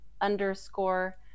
underscore